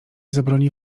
zabroni